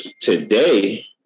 today